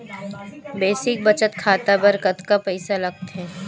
Basic बचत खाता बर कतका पईसा लगथे?